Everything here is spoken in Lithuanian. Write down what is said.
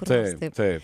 taip taip